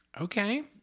Okay